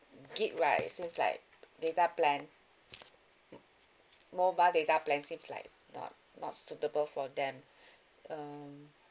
gig right seems like data plan mobile data plan seems like not not suitable for them um